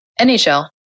NHL